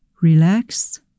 relaxed